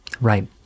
right